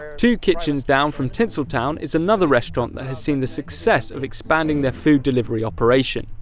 two kitchens down from tinseltown is another restaurant that has seen the success of expanding their food delivery operation.